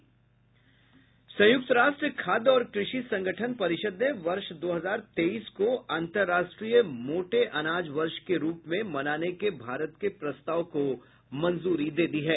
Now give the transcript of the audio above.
संयुक्त राष्ट्र खाद्य और कृषि संगठन परिषद् ने वर्ष दो हजार तेईस को अंतर्राष्ट्रीय मोटे अनाज वर्ष के रूप में मनाने के भारत के प्रस्ताव को मंजूरी दे दी है